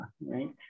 right